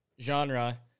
genre